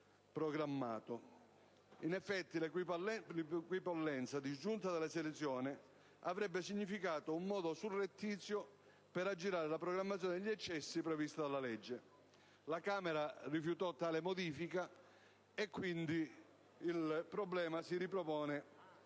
In effetti, l'equipollenza disgiunta dalla selezione avrebbe significato un modo surrettizio per aggirare la programmazione degli accessi previsti dalla legge. La Camera rifiutò tale modifica e pertanto il problema si ripropone